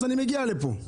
אז אני מגיע לפה,